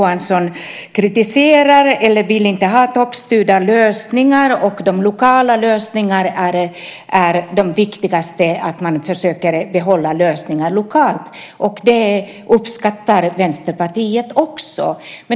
Han kritiserar eller vill inte ha toppstyrda lösningar, de lokala lösningarna är det viktigaste att behålla. Det uppskattar Vänsterpartiet också.